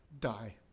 die